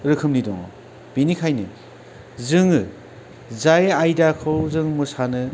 रोखोमनि दं बिनिखायनो जोङो जाय आयदाखौ जों मोसानो